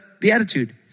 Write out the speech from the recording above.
beatitude